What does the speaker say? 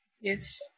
yes